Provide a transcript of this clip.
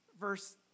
Verse